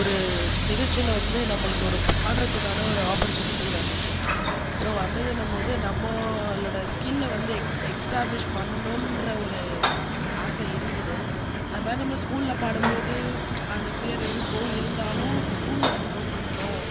ஒரு நிகழ்ச்சியில் வந்து நம்மளுக்கு ஒரு பாடுறதுக்கான ஒரு ஆப்பர்சூனிட்டி வந்துச்சு ஸோ வந்ததுங்குபோது நம்மளோட ஸ்கிலில் வந்து எஸ்டாபிளிஷ் பண்ணனும்ற ஒரு ஆசை இருந்தது அதே மாதிரி நம்ம ஸ்கூலில் பாடும் போது அந்த ஃபியர் இருக்கும் இருந்தாலும் ஸ்கூலில் பெர்ஃபார்ம் பண்ணுறோம்